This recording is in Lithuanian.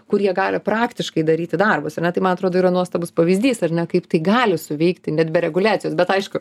kur jie gali praktiškai daryti darbus ar ne tai man atrodo yra nuostabus pavyzdys ar ne kaip tai gali suveikti net be reguliacijos bet aišku